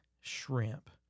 shrimp